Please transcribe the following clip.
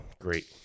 Great